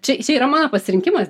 čia čia yra mano pasirinkimas